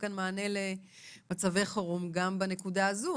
מענה למצבי חירום גם בנקודה הזאת.